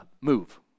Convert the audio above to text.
move